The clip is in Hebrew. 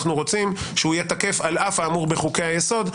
אנחנו רוצים שהוא יהיה תקף על אף האמור בחוקי היסוד,